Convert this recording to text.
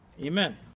Amen